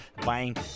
buying